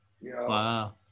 Wow